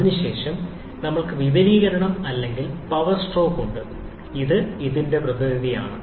അതിനുശേഷം നമ്മൾക്ക് വിപുലീകരണം അല്ലെങ്കിൽ പവർ സ്ട്രോക്ക് ഉണ്ട് ഇത് ഇതിന്റെ പ്രതിനിധിയാണ്